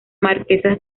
marquesa